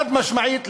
חד-משמעית,